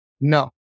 No